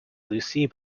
lucy